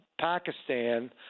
Pakistan